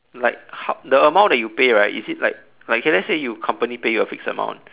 like how the amount that you pay right is it like like okay let's say you company pay you a fixed amount